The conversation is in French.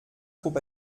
trop